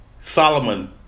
Solomon